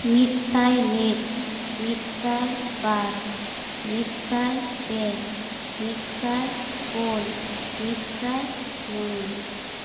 ᱢᱤᱫᱥᱟᱭ ᱢᱤᱫ ᱢᱤᱫᱥᱟᱭ ᱵᱟᱨ ᱢᱤᱫᱥᱟᱭ ᱯᱮ ᱢᱤᱫᱥᱟᱭ ᱯᱩᱱ ᱢᱤᱫᱥᱟᱭ ᱢᱚᱬᱮ